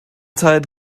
zeit